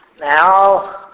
Now